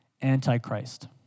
anti-Christ